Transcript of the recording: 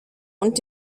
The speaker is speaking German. und